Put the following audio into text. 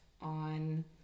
on